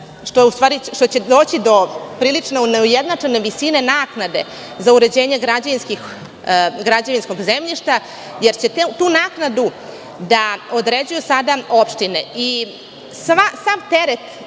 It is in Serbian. što će doći do prilično neujednačene visine naknade za uređenje građevinskog zemljišta, jer će tu naknadu da određuju sada opštine.